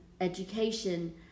education